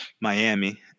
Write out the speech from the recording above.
Miami